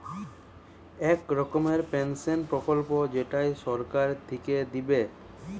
এক রকমের পেনসন প্রকল্প যেইটা সরকার থিকে দিবে